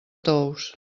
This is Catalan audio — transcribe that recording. tous